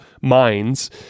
minds